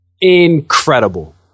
Incredible